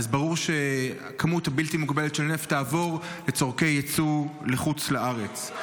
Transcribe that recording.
ברור שכמות בלתי מוגבלת של נפט תעבור לצורכי יצוא לחוץ לארץ.